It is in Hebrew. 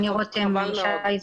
ממש חבל כי --- אני רותם ישי זמיר,